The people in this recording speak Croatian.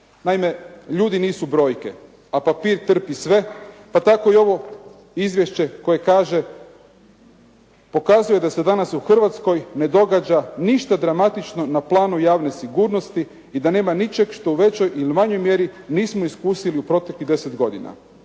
Naime, ljudi nisu brojke, a papir trpi sve, pa tako i ovo izvješće koje kaže, pokazuje da se danas u Hrvatskoj ne događa ništa dramatično na planu javne sigurnosti i da nema ničeg što u većoj ili manjoj mjeri nismo iskusili u proteklih deset godina.